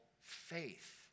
faith